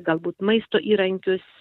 galbūt maisto įrankius